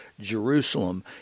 Jerusalem